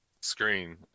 screen